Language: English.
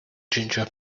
ginger